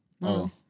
No